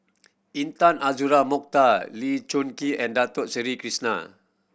Intan Azura Mokhtar Lee Choon Kee and Dato Sri Krishna